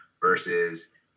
versus